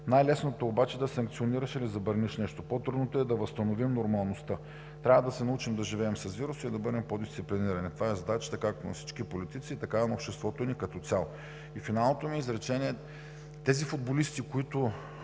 Най-лесното обаче да санкционираш е да забраниш нещо, по-трудното е да възстановим нормалността. Трябва да се научим да живеем с вируса и да бъдем по-дисциплинирани. Това е задачата както на всички политици, така и на обществото ни като цяло. И финалното ми изречение. Тези футболисти в